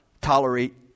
tolerate